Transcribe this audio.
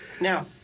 Now